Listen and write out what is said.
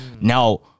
Now